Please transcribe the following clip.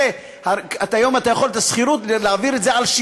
הרי היום אתה יכול להעביר את השכירות על שמך,